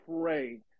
pray